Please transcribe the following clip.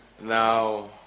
Now